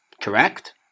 correct